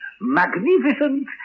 magnificent